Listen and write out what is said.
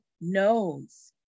knows